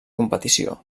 competició